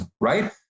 right